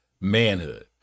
manhood